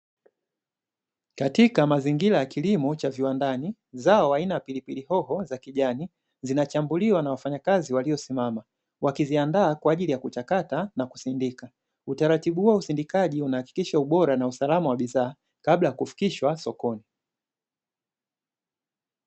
Katika mazingira ya kilimo cha viwandani zao aina ya pilipili hoho za kijani, zinachambuliwa na wafanyakazi waliosimama wakiziandaa kwa ajili ya kuchakata na kusindika. Utaratibu huo usindikaji unahakikisha ubora na usalama wa bidhaa kabla ya kufikishwa sokoni.